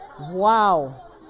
Wow